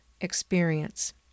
experience